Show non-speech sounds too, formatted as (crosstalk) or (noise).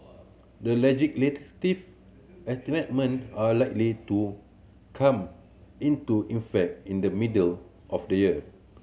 the (unintelligible) are likely to come into effect in the middle of the year